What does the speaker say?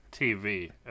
TV